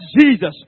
Jesus